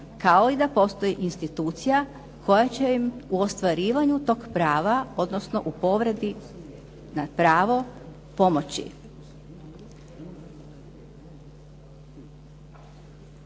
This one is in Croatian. kao i da postoji institucija koja će im u ostvarivanju tog prava, odnosno u povredi na pravo pomoći.